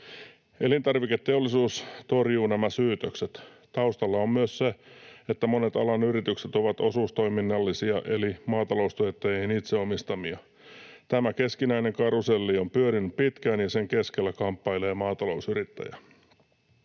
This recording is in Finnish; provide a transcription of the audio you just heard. Elintarviketeollisuus torjuu nämä syytökset. Taustalla on myös se, että monet alan yritykset ovat osuustoiminnallisia eli maataloustuottajien itse omistamia. Tämä keskinäinen karuselli on pyörinyt pitkään, ja sen keskellä kamppailee maatalousyrittäjä.